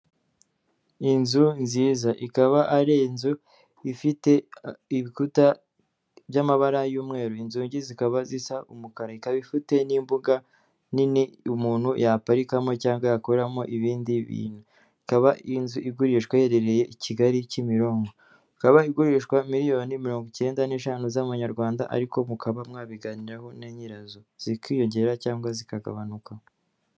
Ni inzu nziza; ikaba ari inzu ifite ibikuta by'amabara y'umweru; inzugi zikaba zisa umuka, ikaba ifite n'imbuga nini umuntu yaparikamo cyangwa yakoreramo ibindi bintu, ikaba ari inzu igurishwa iherereye i Kigali-Kimironko, ikaba igurishwa miliyoni mirongo icyenda n'eshanu z'amanyarwanda; ariko mukaba mwabiganiraho na nyirazo zikiyongera cyangwa zikagabanuka.